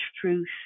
truth